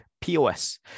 POS